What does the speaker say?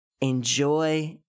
enjoy